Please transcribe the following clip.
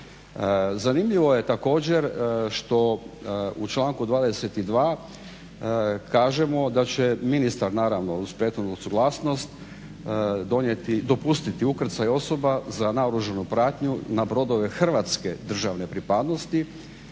Zanimljivo je također što u članku 22.kažemo da će ministar naravno uz prethodnu suglasnost dopustiti ukrcaj osoba za naoružanju pratnju na brodove hrvatske državne pripadnosti